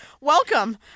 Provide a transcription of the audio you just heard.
welcome